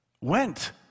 went